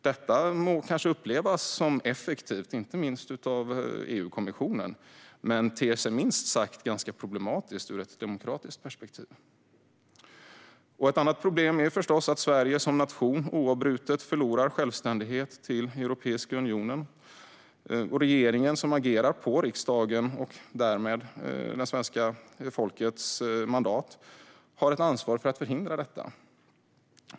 Detta må kanske upplevas som effektivt, inte minst av EU-kommissionen, men det ter sig minst sagt ganska problematiskt ur ett demokratiskt perspektiv. Ett annat problem är förstås att Sverige som nation oavbrutet förlorar självständighet till Europeiska unionen. Regeringen, som agerar på riksdagens och därmed svenska folkets mandat, har ett ansvar att förhindra detta.